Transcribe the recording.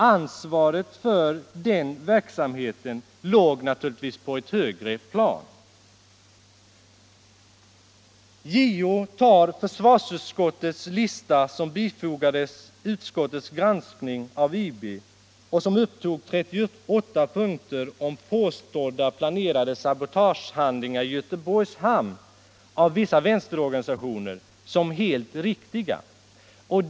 Ansvaret för den verksamheten låg på ett högre plan. JO tar försvarsutskottets lista, som bifogades utskottets granskning av IB och som upptog 38 punkter om påstådda planerade sabotagehandlingar i Göteborgs hamn av vissa vänsterorganisationer som helt riktiga.